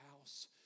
house